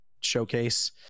showcase